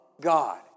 God